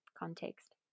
context